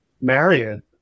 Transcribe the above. Marion